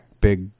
big